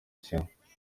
kimwe